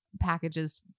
packages